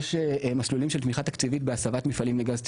יש מסלולים של תמיכה תקציבית בהסבת מפעלים לגז טבעי,